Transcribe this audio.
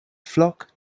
flock